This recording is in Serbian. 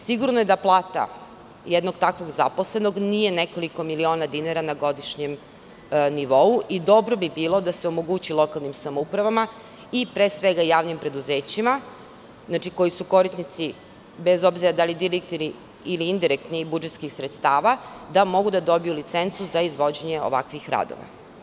Sigurno je da plata jednog takvog zaposlenog nije nekoliko miliona dinara na godišnjem nivou i dobro bi bilo da se omogući lokalnim samoupravama i, pre svega, javnim preduzećima, koji su korisnici, bez obzira da li direktni ili indirektni budžetskih sredstava, da mogu da dobiju licencu za izvođenje ovakvih radova.